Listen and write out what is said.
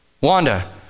Wanda